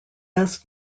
best